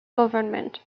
government